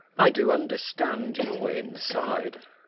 i do understand your inside.